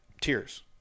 tears